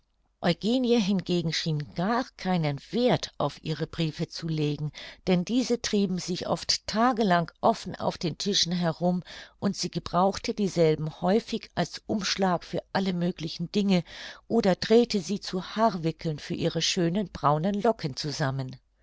eugenie hingegen schien gar keinen werth auf ihre briefe zu legen denn diese trieben sich oft tage lang offen auf den tischen herum und sie gebrauchte dieselben häufig als umschlag für alle möglichen dinge oder drehte sie zu haarwickeln für ihre schönen braunen locken zusammen